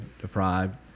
deprived